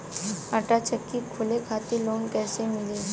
आटा चक्की खोले खातिर लोन कैसे मिली?